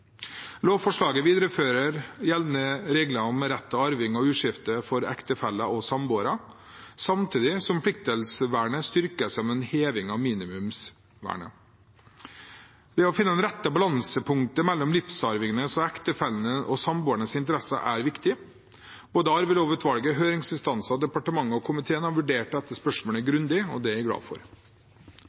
Lovforslaget viderefører gjeldende regler om rett til arv og uskifte for ektefeller og samboere, samtidig som pliktdelsvernet styrkes, som en heving av minimumsvernet. Det å finne det rette balansepunktet mellom livsarvingenes og ektefellenes/samboernes interesser er viktig. Både Arvelovutvalget, høringsinstanser, departementet og komiteen har vurdert dette spørsmålet grundig, og det er jeg glad for.